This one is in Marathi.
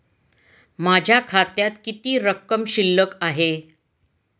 माझ्या खात्यात किती रक्कम शिल्लक आहे?